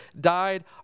died